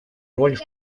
роль